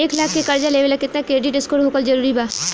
एक लाख के कर्जा लेवेला केतना क्रेडिट स्कोर होखल् जरूरी बा?